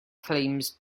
claims